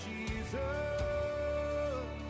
Jesus